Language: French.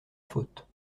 faute